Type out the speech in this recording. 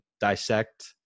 dissect